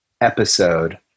episode